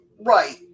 Right